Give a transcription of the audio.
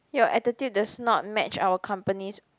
your attitude does not match our company's